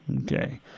Okay